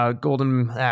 golden